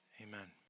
Amen